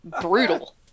brutal